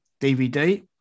DVD